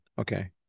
Okay